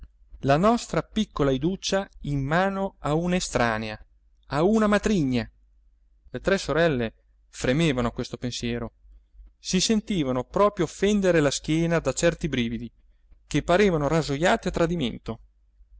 la nostra piccola iduccia in mano a una estranea a una matrigna le tre sorelle fremevano a questo pensiero si sentivano proprio fendere la schiena da certi brividi che parevano rasojate a tradimento